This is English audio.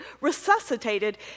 resuscitated